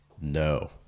no